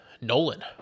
Nolan